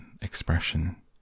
expression